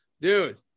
Dude